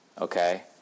okay